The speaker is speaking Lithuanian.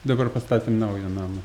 dabar pastatėm naują namą